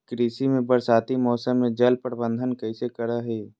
कृषि में बरसाती मौसम में जल प्रबंधन कैसे करे हैय?